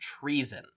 treason